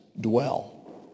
dwell